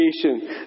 creation